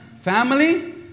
Family